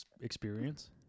experience